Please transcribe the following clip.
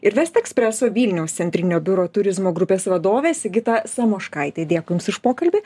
ir vestekspreso vilniaus centrinio biuro turizmo grupės vadovę sigitą samoškaitę dėkui jums už pokalbį